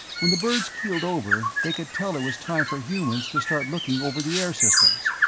when the birds keeled over, they could tell it was time for humans to start looking over the air systems!